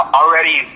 already